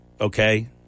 okay